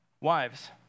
Wives